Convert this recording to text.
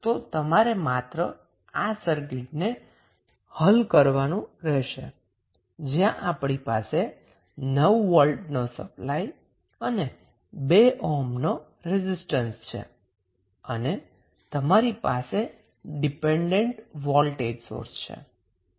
તો તમારે માત્ર આ સર્કિટ ને હલ કરવાનુ રહેશે જ્યાં આપણી પાસે 9 વોલ્ટનો સપ્લાય અને 2 ઓહ્મ નો રેઝિસ્ટન્સછે અને તમારી પાસે ડિપેન્ડન્ટ વોલ્ટેજ સોર્સ છે